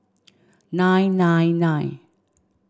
nine nine nine